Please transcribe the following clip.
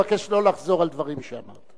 אבקש לא לחזור על דברים שאמרת.